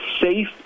safe